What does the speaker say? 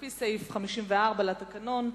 לפי סעיף 54 לתקנון,